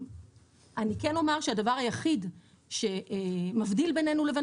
אני כן אומר שהדבר היחיד שמבדיל בינינו לבין